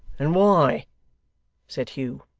and why said hugh.